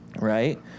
Right